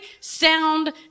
sound